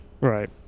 Right